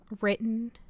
written